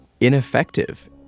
ineffective